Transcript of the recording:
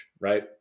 right